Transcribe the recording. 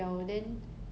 mm